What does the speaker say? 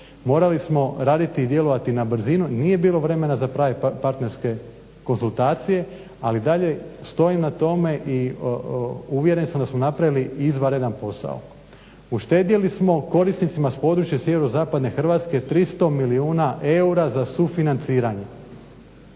Morali smo raditi i djelovati na brzinu i nije bilo vremena za prave partnerske konzultacije, ali i dalje stojim na tome i uvjeren sam da smo napravili izvanredan posao. Uštedjeli smo korisnicima s područja sjeverozapadne Hrvatske 300 milijuna eura za sufinanciranje.